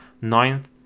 ninth